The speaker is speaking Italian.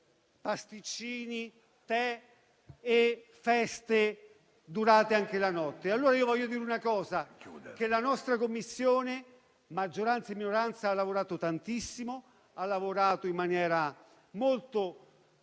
pasticcini, tè e feste durate anche la notte. Io voglio dire che la nostra Commissione, maggioranza e minoranza, ha lavorato tantissimo, ha lavorato in maniera molto